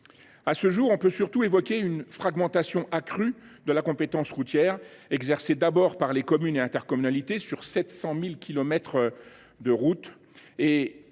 À ce jour, on peut surtout évoquer une fragmentation accrue de la compétence routière, exercée par les communes et les intercommunalités sur 700 000 kilomètres de route,